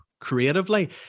creatively